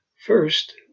First